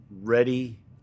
ready